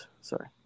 Sorry